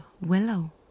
Willow